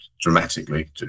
dramatically